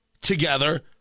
together